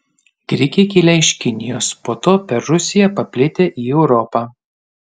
grikiai kilę iš kinijos po to per rusiją paplitę į europą